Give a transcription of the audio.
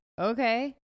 okay